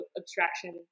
abstraction